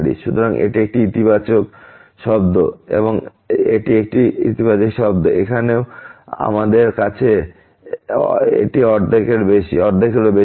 সুতরাং এটি একটি ইতিবাচক শব্দ এটি একটি ইতিবাচক শব্দ এবং এখানেও আমাদের কাছে এটি অর্ধেকেরও বেশি